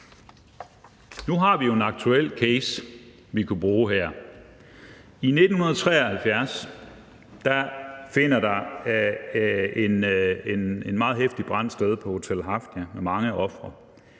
Nu har vi jo en aktuel case, vi her kunne bruge. I 1973 finder der en meget heftig brand sted på Hotel Hafnia med mange ofre.